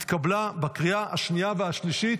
התקבלה בקריאה השנייה והשלישית,